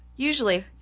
usually